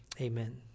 Amen